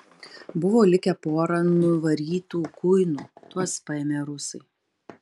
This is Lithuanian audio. buvo likę pora nuvarytų kuinų tuos paėmę rusai